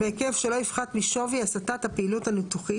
בהיקף שלא יפחת משווי הסטת הפעילות הניתוחית